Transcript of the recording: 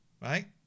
Right